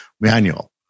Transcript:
manual